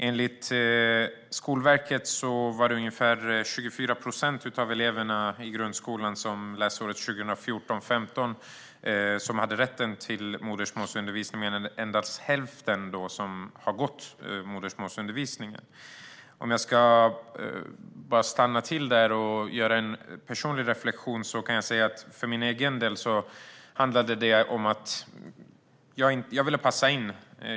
Enligt Skolverket hade 24 procent av eleverna i grundskolan läsåret 2014/15 rätt till modersmålsundervisning, men endast hälften gick på denna modersmålsundervisning. Låt mig stanna till och göra en personlig reflektion. För min egen del handlade det om att passa in.